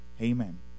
Amen